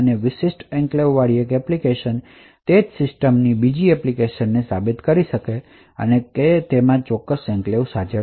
વિશિષ્ટ એન્ક્લેવ્સ વાળી એક એપ્લિકેશન તે જ સિસ્ટમ ની બીજી એપ્લિકેશન ને સાબિત કરી શકે છે કે તેમાં આ ચોક્કસ એન્ક્લેવ્સ છે